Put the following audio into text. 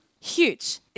Huge